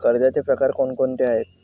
कर्जाचे प्रकार कोणकोणते आहेत?